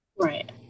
Right